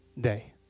day